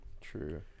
True